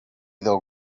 that